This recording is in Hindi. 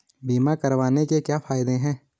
बीमा करवाने के क्या फायदे हैं?